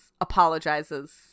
apologizes